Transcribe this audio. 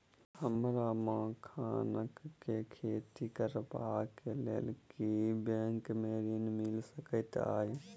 हमरा मखान केँ खेती करबाक केँ लेल की बैंक मै ऋण मिल सकैत अई?